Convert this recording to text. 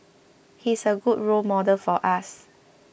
he's a good role model for us